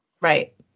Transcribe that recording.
Right